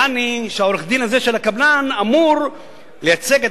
יעני עורך-הדין הזה של הקבלן אמור לייצג את